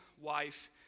wife